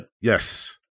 yes